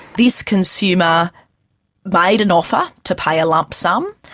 this consumer made an offer to pay a lump sum,